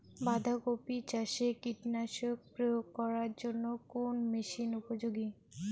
বাঁধা কপি চাষে কীটনাশক প্রয়োগ করার জন্য কোন মেশিন উপযোগী?